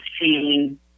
seen